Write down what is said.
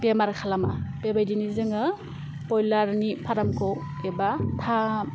बेमार खालामा बेबायदिनो जोङो ब्रइलारनि फारामखौ एबा